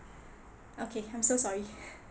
okay I'm so sorry